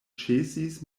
ĉesis